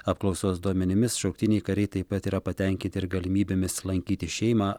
apklausos duomenimis šauktiniai kariai taip pat yra patenkinti ir galimybėmis lankyti šeimą